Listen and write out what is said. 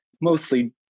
mostly